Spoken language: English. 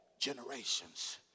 generations